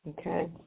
Okay